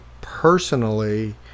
personally